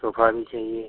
sofa भी चाहिए